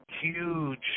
huge